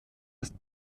ist